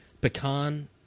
pecan